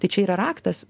tai čia yra raktas